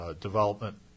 development